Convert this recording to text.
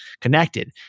connected